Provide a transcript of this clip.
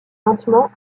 lentement